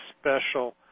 special